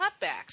cutbacks